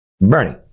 Bernie